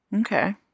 Okay